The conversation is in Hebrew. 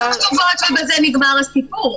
זה לא הכרזת תקופות שבזה נגמר הסיפור,